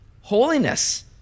holiness